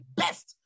best